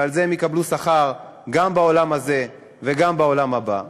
ועל זה הם יקבלו שכר גם בעולם הזה וגם בעולם הבא,